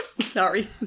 sorry